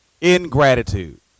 Ingratitude